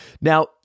Now